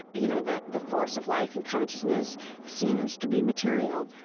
you know, the the force of life and consciousness seems to be material.